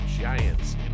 Giants